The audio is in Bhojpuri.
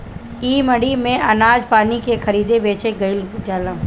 इ मंडी में अनाज पानी के खरीद बेच कईल जाला